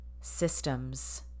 systems